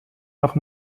nach